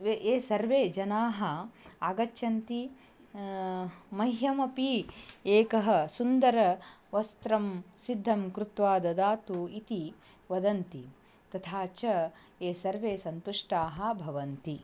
ये ये सर्वे जनाः आगच्छन्ति मह्यमपि एकः सुन्दर वस्त्रं सिद्धं कृत्वा ददातु इति वदन्ति तथा च ये सर्वे सन्तुष्टाः भवन्ति